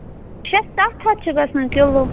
شےٚ سَتھ ہَتھ چھِ گژھان کِلوٗ